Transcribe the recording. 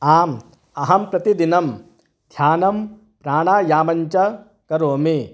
आम् अहं प्रतिदिनं ध्यानं प्राणायामञ्च करोमि